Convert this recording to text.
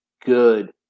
good